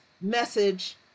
message